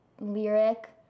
lyric